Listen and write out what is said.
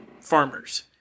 farmers